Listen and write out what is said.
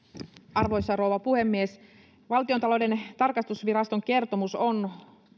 arvoisa rouva puhemies valtiontalouden tarkastusviraston kertomus on